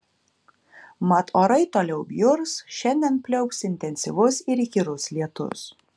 mat orai toliau bjurs šiandien pliaups intensyvus ir įkyrus lietus